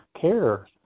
care